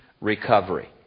recovery